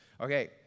Okay